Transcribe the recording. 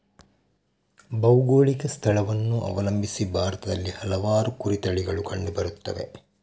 ಭೌಗೋಳಿಕ ಸ್ಥಳವನ್ನು ಅವಲಂಬಿಸಿ ಭಾರತದಲ್ಲಿ ಹಲವಾರು ಕುರಿ ತಳಿಗಳು ಕಂಡು ಬರುತ್ತವೆ